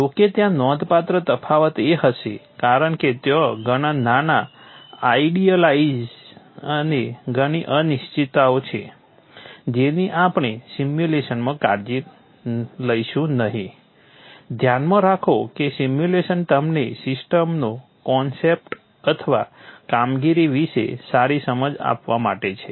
જો કે ત્યાં નોંધપાત્ર તફાવત હશે કારણ કે ત્યાં ધણા નોન આઇડિયલિટીઝ અને ઘણી અનિશ્ચિતતાઓ છે જેની આપણે સિમ્યુલેશનમાં કાળજી લઈશું નહીં ધ્યાનમાં રાખો કે સિમ્યુલેશન તમને સિસ્ટમનો કોન્સેપ્ટ અથવા કામગીરી વિશે સારી સમજ આપવા માટે છે